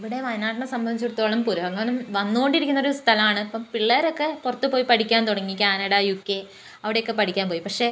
ഇവിടെ വയനാട്ടിനെ സംബന്ധിച്ചിടത്തോളം പുരോഗമനം വന്നുകൊണ്ടിരിക്കുന്ന ഒരു സ്ഥലമാണ് ഇപ്പം പിള്ളേരൊക്കെ പുറത്തുപോയി പഠിക്കാൻ തുടങ്ങി കാനഡ യൂക്കെ അവിടൊക്കെ പഠിക്കാൻ പോയി പക്ഷേ